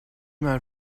mail